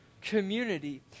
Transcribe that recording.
community